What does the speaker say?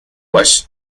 باشه